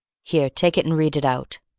here take it and read it out,